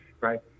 right